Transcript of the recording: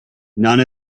none